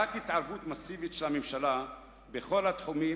רק התערבות מסיבית של הממשלה בכל התחומים